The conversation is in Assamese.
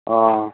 অ'